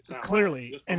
Clearly